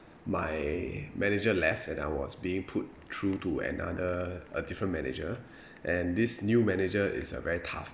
my manager left and I was being put through to another a different manager and this new manager is a very tough